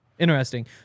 Interesting